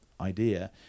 idea